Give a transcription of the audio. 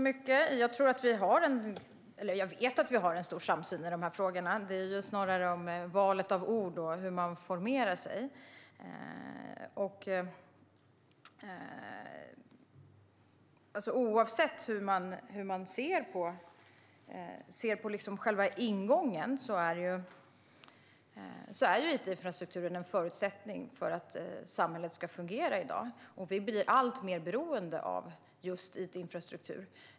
Herr talman! Jag vet att vi har en stor samsyn i frågorna. Det handlar snarare om valet av ord och hur man formerar sig. Oavsett hur man ser på själva ingången är it-infrastrukturen en förutsättning för att samhället ska fungera i dag, och vi blir alltmer beroende av just it-infrastruktur.